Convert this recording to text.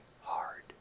hard